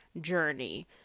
journey